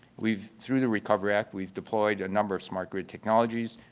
we've through the recovery act, we've deployed a number of smart grid technologies,